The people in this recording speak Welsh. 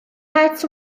het